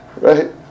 right